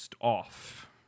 off